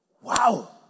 Wow